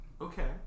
Okay